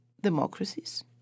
democracies